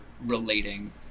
relating